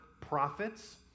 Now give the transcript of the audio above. prophets